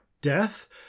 death